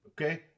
okay